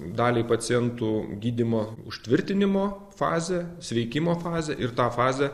daliai pacientų gydymo užtvirtinimo fazė sveikimo fazė ir tą fazę